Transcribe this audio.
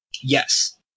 yes